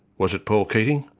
was it paul keating?